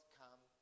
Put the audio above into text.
come